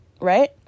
right